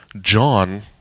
John